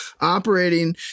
operating